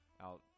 out